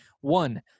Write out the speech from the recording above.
One